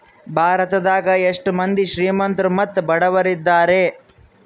ಭಾರತದಗ ಎಷ್ಟ ಮಂದಿ ಶ್ರೀಮಂತ್ರು ಮತ್ತೆ ಬಡವರಿದ್ದಾರೆ?